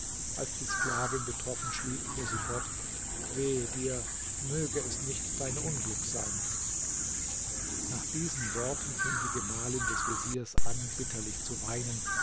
als die sklavin betroffen schwieg fuhr sie fort wehe dir möge es nicht dein unglück sein nach diesen worten fing die gemahlin des veziers an bitterlich zu weinen